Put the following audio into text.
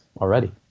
already